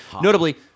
Notably